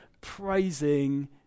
praising